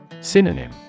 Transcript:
Synonym